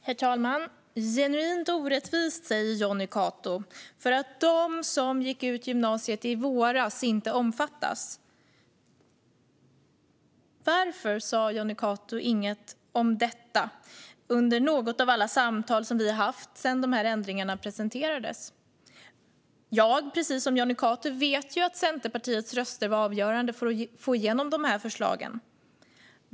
Herr talman! Det är genuint orättvist, säger Jonny Cato, att de som gick ut gymnasiet i våras inte omfattas. Varför har inte Jonny Cato sagt något om detta under något av alla de samtal som vi haft sedan de här ändringarna presenterades? Jag vet, precis som Jonny Cato, att Centerpartiets röster var avgörande för att få igenom de här förslagen.